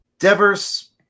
Devers